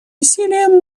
усилиям